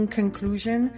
conclusion